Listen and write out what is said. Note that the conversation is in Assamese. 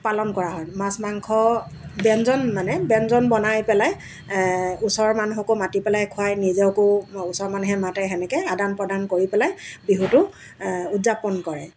পালন কৰা হয় মাছ মাংস ব্যঞ্জন মানে ব্যঞ্জন বনাই পেলাই ওচৰ মানুহকো মাতি পেলাই খুৱায় নিজকো ওচৰ মানুহে মাতে সেনেকৈ আদান প্ৰদান কৰি পেলাই বিহুটো উদযাপন কৰে